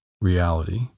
reality